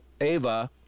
Ava